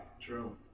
True